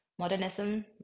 Modernism